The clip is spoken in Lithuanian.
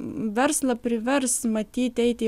verslą privers matyt eiti